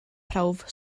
prawf